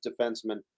defenseman